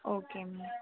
okay ma'am